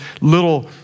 little